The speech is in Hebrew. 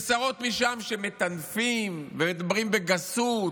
ושרות משם, שמטנפים ומדברים בגסות,